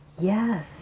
Yes